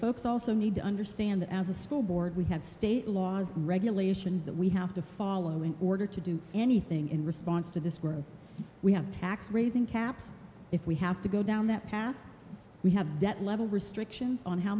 folks also need to understand that as a school board we have state laws regulations that we have to follow in order to do anything in response to this where we have tax raising caps if we have to go down that path we have debt level restrictions on how